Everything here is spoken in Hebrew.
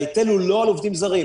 ההיטל הוא לא על עובדים זרים,